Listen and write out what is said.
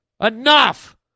Enough